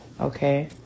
Okay